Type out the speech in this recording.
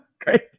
Great